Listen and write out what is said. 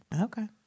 Okay